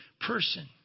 person